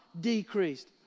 decreased